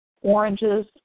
oranges